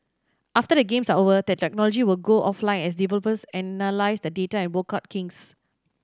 after the Games are over the technology will go offline as developers analyse the data and work out kinks